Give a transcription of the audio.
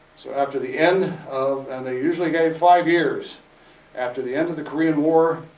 so, after the end of, and they usually gave five years after the end of the korean war,